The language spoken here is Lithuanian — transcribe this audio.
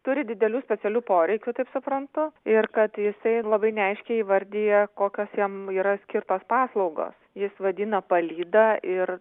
turi didelių specialių poreikių taip suprantu ir kad jisai labai neaiškiai įvardija kokios jam yra skirtos paslaugos jis vadina palyda ir